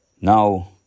Now